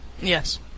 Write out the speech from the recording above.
Yes